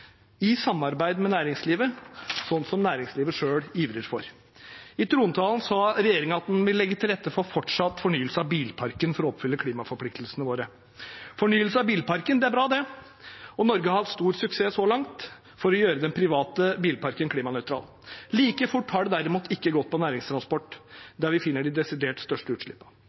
i samarbeid med næringslivet, sånn som næringslivet selv ivrer for. I trontalen sa regjeringen at den vil legge til rette for fortsatt fornyelse av bilparken for å oppfylle klimaforpliktelsene våre. Fornyelse av bilparken er bra. Norge har hatt stor suksess så langt for å gjøre den private bilparken klimanøytral. Like fort har det derimot ikke gått for næringstransporten, der vi finner de desidert største